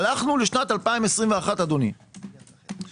הלכנו לשנת 2021, ואז,